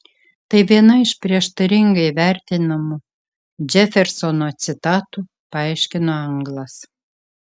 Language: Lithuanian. tai viena iš prieštaringai vertinamų džefersono citatų paaiškino anglas